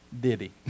Diddy